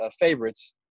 favorites